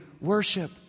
worship